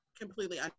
completely